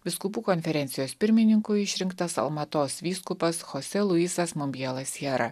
vyskupų konferencijos pirmininku išrinktas almatos vyskupas chose luisas mombiela siera